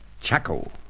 Chaco